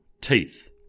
teeth